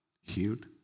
healed